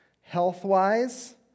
health-wise